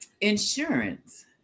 insurance